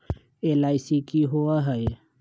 LIC की होअ हई?